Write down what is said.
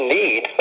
need